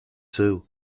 too